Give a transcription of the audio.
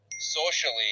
socially